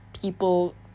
people